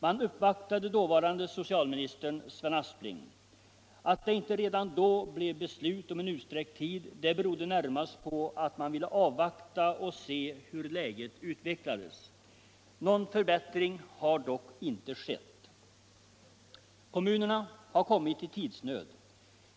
Man uppvaktade dåvarande socialministern Sven Aspling. Att det inte redan då blev beslut om utsträckt tid berodde närmast på att man ville avvakta och se hur läget utvecklade sig. Någon förbättring har dock inte skett. Kommunerna har kommit i tidsnöd.